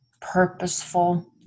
purposeful